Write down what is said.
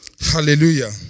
Hallelujah